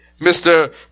Mr